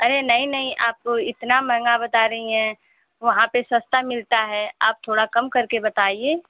अरे नहीं नहीं आप इतना महंगा बता रही हैं वहाँ पर सस्ता मिलता है आप थोड़ा कम करके बताइए